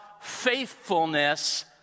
faithfulness